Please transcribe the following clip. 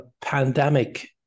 pandemic